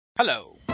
Hello